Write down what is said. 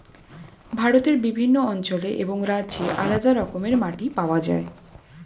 ভারতের বিভিন্ন অঞ্চলে এবং রাজ্যে আলাদা রকমের মাটি পাওয়া যায়